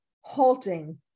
halting